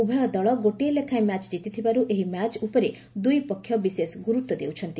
ଉଭୟ ଦଳ ଗୋଟିଏ ଲେଖାଏଁ ମ୍ୟାଚ୍ କିତିଥିବାରୁ ଏହି ମ୍ୟାଚ୍ ଉପରେ ଦୁଇ ପକ୍ଷ ବିଶେଷ ଗୁରୁତ୍ୱ ଦେଉଛନ୍ତି